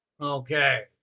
okay